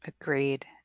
Agreed